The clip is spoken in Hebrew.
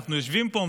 אנחנו יושבים פה,